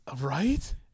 Right